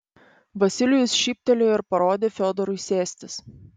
vasilijus šyptelėjo ir parodė fiodorui sėstis